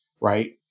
right